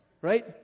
right